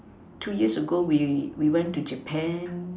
two years ago we we went to Japan